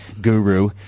guru